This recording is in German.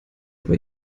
aber